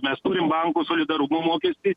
mes turim bankų solidarumo mokestį